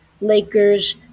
Lakers